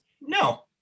No